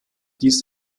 dies